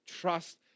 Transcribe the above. Trust